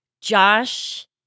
Josh